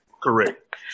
correct